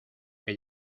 que